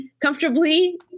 comfortably